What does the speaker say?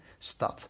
Stad